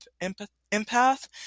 empath